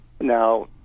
Now